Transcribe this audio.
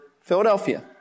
Philadelphia